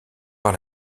par